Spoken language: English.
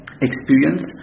experience